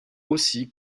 aussi